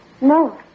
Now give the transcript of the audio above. No